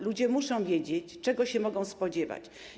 Ludzie muszą wiedzieć, czego się mogą spodziewać.